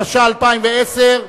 התשע"א 2010,